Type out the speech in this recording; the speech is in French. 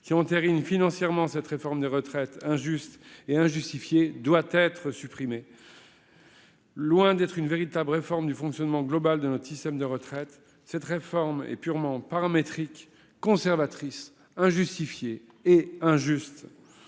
qui entérine financièrement cette réforme des retraites injuste et injustifiée, doit être supprimé. Loin d'être une véritables réformes du fonctionnement global de notre système de retraite cette réforme est purement paramétrique conservatrice injustifiées et injuste.